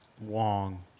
Wong